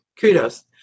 kudos